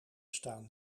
staan